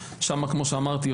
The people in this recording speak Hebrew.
כמו שאמרתי,